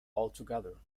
altogether